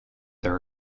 there